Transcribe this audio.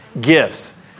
gifts